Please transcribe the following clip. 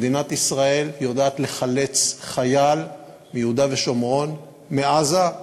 מדינת ישראל יודעת לחלץ חייל מיהודה ושומרון ומעזה,